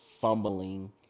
fumbling